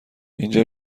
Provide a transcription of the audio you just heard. اینجا